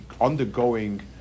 undergoing